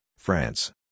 France